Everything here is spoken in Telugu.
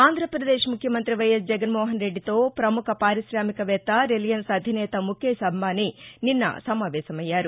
ఆంధ్రాప్రదేశ్ ముఖ్యమంతి వైఎస్ జగన్మోహన్రెడ్డితో ప్రముఖ పార్కామిక వేత్త రిలయన్స్ అధినేత ముకేక్ అంబానీ నిన్న మావేశమయ్యారు